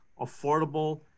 affordable